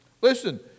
Listen